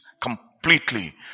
completely